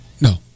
No